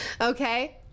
Okay